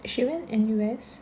she went N_U_S